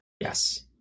Yes